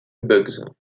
bugs